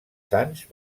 sants